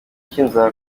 cy’inzara